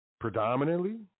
Predominantly